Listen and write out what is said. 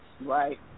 Right